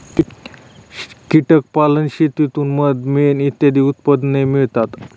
कीटक पालन शेतीतून मध, मेण इत्यादी उत्पादने मिळतात